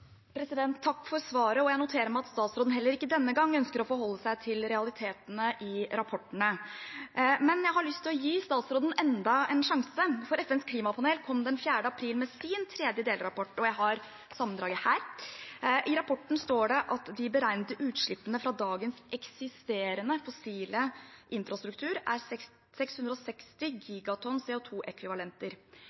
Takk for svaret, og jeg noterer meg at statsråden heller ikke denne gang ønsker å forholde seg til realitetene i rapportene. Men jeg har lyst til å gi statsråden enda en sjanse, for FNs klimapanel kom 4. april med sin tredje delrapport, og jeg har sammendraget her. I rapporten står det at de beregnede utslippene fra dagens eksisterende fossile infrastruktur er 660 gigatonn